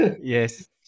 yes